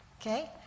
Okay